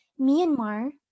Myanmar